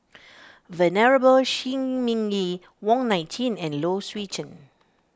Venerable Shi Ming Yi Wong Nai Chin and Low Swee Chen